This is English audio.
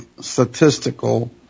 statistical